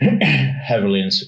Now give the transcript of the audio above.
heavily